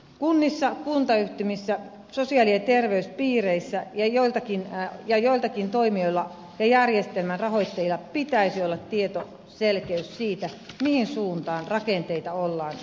kunnissa kuntayhtymissä sosiaali ja terveyspiireissä ja joillakin toimijoilla ja järjestelmän rahoittajilla pitäisi olla tieto ja selkeys siitä mihin suuntaan rakenteita ollaan kehittämässä